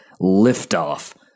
liftoff